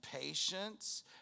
patience